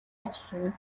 ажиллана